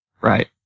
Right